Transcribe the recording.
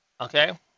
Okay